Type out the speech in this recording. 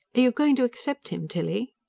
are you going to accept him, tilly?